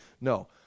no